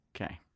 okay